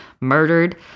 murdered